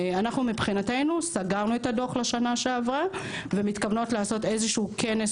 מבחינתנו סגרנו את הדוח לשנה שעברה ואנחנו מתכוונות לעשות כנס